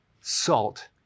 salt